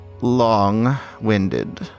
long-winded